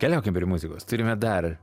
keliaukim prie muzikos turime dar